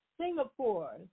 Singapore